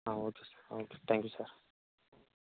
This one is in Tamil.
ah okay sir okay thank you sir